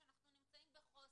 שאנחנו נמצאים בחוסר,